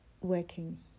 working